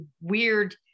weird